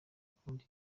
akunda